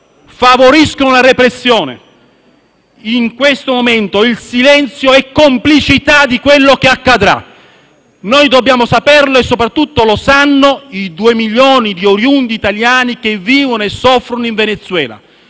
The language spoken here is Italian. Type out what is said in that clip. misura la repressione. In questo momento il silenzio è complicità di quello che accadrà. Dobbiamo saperlo e soprattutto lo sanno i 2 milioni di oriundi italiani che vivono e soffrono in Venezuela.